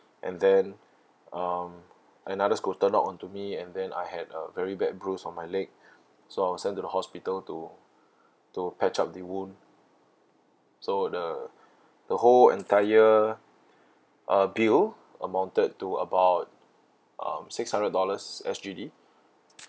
and then um another scooter knocked on to me and then I had a very bad bruise on my leg so I was sent to the hospital to to patch up the wound so the the whole entire uh bill amounted to about um six hundred dollars S_G_D